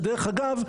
ודרך אגב,